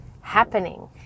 happening